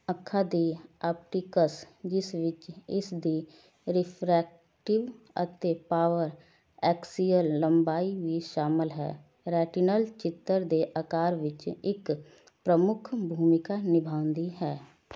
ਅੱਖਾਂ ਦੀ ਆਪਟੀਕਸ ਜਿਸ ਵਿੱਚ ਇਸ ਦੀ ਰਿਫਰੈਕਟਿਵ ਅਤੇ ਪਾਵਰ ਐਕਸੀਅਲ ਲੰਬਾਈ ਵੀ ਸ਼ਾਮਲ ਹੈ ਰੈਟੀਨਲ ਚਿੱਤਰ ਦੇ ਆਕਾਰ ਵਿੱਚ ਇੱਕ ਪ੍ਰਮੁੱਖ ਭੂਮਿਕਾ ਨਿਭਾਉਂਦੀ ਹੈ